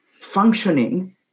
functioning